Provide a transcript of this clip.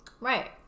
Right